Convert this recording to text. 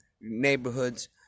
neighborhoods